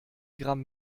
gramm